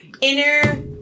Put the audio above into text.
inner